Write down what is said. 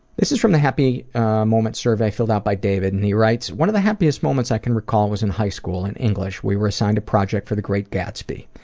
this is from the happy moments survey, filled out by david. and he writes one of the happiest moments i can recall was in high school, in english. we were assigned a project for the great gatsby.